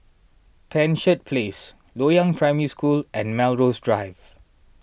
Penshurst Place Loyang Primary School and Melrose Drive